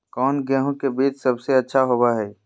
कौन गेंहू के बीज सबेसे अच्छा होबो हाय?